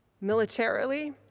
Militarily